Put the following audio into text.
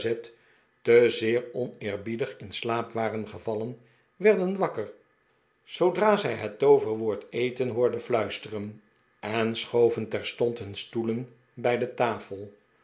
eatanswill gazette zeer oneerbiedig in slaap waren gevallen werden wakker zoodra zij het tooverwoord eten hoorden fluisteren en schoven terstond nun stoelen bij de tafel